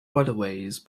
waterways